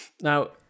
Now